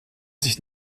sich